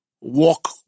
walk